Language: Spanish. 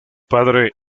padre